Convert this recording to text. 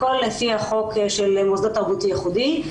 הכול לפי החוק של מוסדות תרבותי ייחודי.